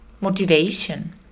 motivation